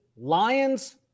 Lions